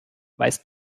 weißt